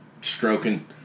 stroking